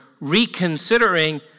reconsidering